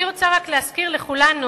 אני רוצה רק להזכיר לכולנו,